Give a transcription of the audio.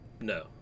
No